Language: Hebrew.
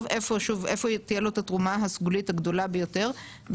איפה תהיה לו את התרומה הסגולית הגדולה ביותר,